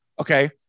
Okay